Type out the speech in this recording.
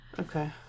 Okay